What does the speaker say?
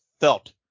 felt